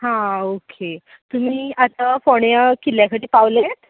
हां ओके तुमी आतां फोण्या किल्ल्या कडेन पावले